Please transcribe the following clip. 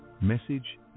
message